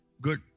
Good